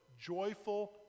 joyful